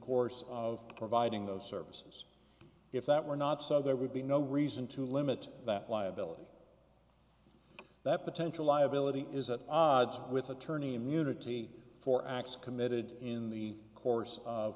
course of providing those services if that were not so there would be no reason to limit that liability that potential liability is at odds with attorney immunity for acts committed in the course of